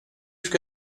ska